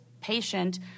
patient